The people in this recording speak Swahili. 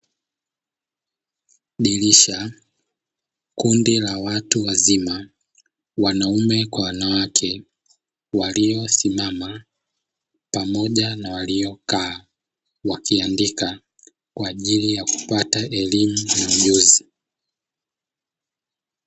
Dirisha, kundi la watu wazima wanaume kwa wanawake waliyosimama pamoja na waliyokaa wakiandika kwa ajili ya kupata elimu na ujuzi.